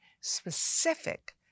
specific